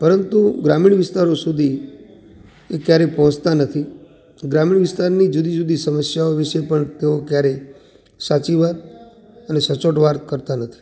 પરંતુ ગ્રામીણ વિસ્તારો સુધી એ ક્યારે પહોંચતા નથી ગ્રામીણ વિસ્તારની જુદી જુદી સમસ્યા વિશે પણ તેઓ ક્યારે સાચી વાત અને સચોટ વાત કરતા નથી